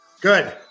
Good